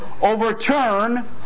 overturn